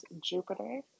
Jupiter